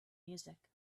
music